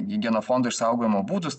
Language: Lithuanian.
genofondo išsaugojimo būdus